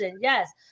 Yes